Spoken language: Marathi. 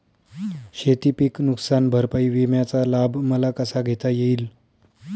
शेतीपीक नुकसान भरपाई विम्याचा लाभ मला कसा घेता येईल?